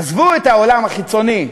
עזבו את העולם החיצוני.